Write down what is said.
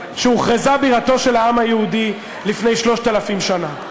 שהוכרזה בירתו של העם היהודי לפני 3,000 שנה.